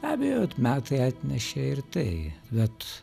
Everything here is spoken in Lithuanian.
be abejo metai atnešė ir tai bet